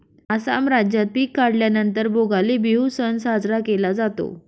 आसाम राज्यात पिक काढल्या नंतर भोगाली बिहू सण साजरा केला जातो